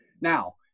now